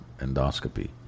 endoscopy